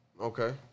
okay